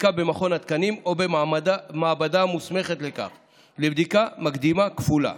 לבדיקה במכון התקנים או במעבדה המוסמכת לכך לבדיקה מקדימה כפולה: